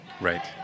Right